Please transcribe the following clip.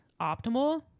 optimal